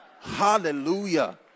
Hallelujah